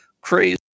Crazy